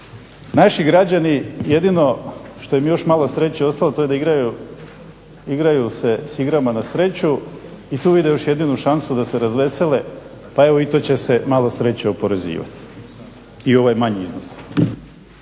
naši građani jedino što im još malo sreće ostalo to je da igraju se s igrama na sreću i tu vide još jedinu šansu da se razvesele pa evo i to će se malo sreće oporezivati, i ovaj manji iznos.